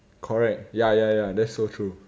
correct ya ya ya that's so true